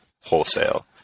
wholesale